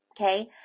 okay